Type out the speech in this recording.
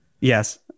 Yes